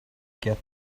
get